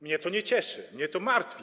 Mnie to nie cieszy, mnie to martwi.